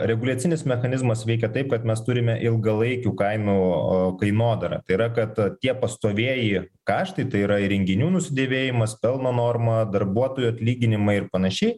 reguliacinis mechanizmas veikia taip kad mes turime ilgalaikių kainų kainodarą tai yra kad tie pastovieji kaštai tai yra įrenginių nusidėvėjimas pelno norma darbuotojų atlyginimai ir panašiai